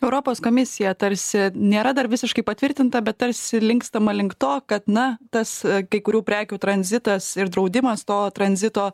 europos komisija tarsi nėra dar visiškai patvirtinta bet tarsi linkstama link to kad na tas kai kurių prekių tranzitas ir draudimas to tranzito